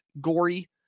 gory